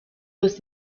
los